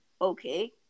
okay